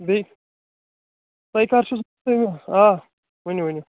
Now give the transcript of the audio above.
بیٚیہِ تۄہہِ کَر چھُو ضرورت یہِ آ ؤنو ؤنو